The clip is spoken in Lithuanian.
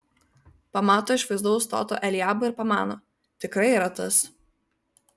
pamato išvaizdaus stoto eliabą ir pamano tikrai yra tas